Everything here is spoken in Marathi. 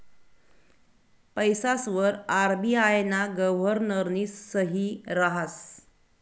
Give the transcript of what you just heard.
पैसासवर आर.बी.आय ना गव्हर्नरनी सही रहास